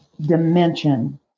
dimension